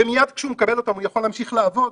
ומייד כשהוא מקבל אותם הוא יכול להמשיך לעבוד,